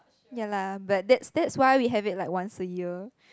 ya lah but that that's why we have it like once a year